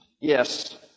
yes